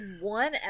one